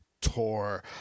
tour